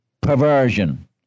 perversion